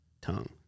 tongue